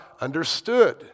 understood